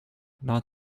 not